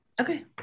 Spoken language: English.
Okay